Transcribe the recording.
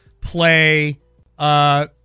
play